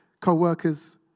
co-workers